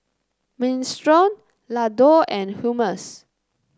Minestrone Ladoo and Hummus